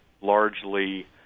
largely